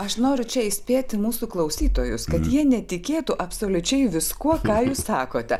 aš noriu čia įspėti mūsų klausytojus kad jie netikėtų absoliučiai viskuo ką jūs sakote